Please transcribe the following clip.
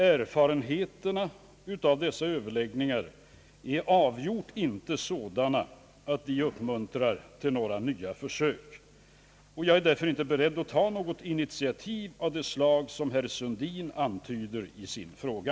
Erfarenheterna av dessa överläggningar är avgjort inte sådana, att de uppmuntrar till några nya försök. Jag är därför inte beredd att ta något initiativ av det slag herr Sundin antyder i sin fråga.